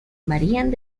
varían